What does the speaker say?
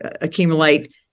accumulate